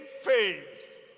faith